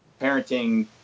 parenting